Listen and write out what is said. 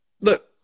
Look